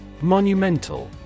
Monumental